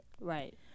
Right